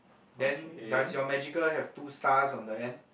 then does your magical have two stars on the hand